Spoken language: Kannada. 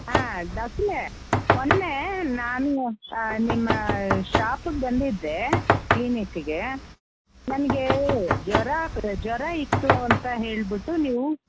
ಹಾಂ ಡಾಕ್ಟ್ರೆ ಮೊನ್ನೆ ನಾನು ನಿಮ್ಮ ಶಾಪಿಗೆ ಬಂದಿದ್ದೆ ಕ್ಲಿನಿಕ್ಕಿಗೆ ನನಗೆ ಜ್ವರ ಜ್ವರ ಇತ್ತು ಅಂತ ಹೇಳಿಬಿಟ್ಟು ನೀವು